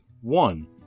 One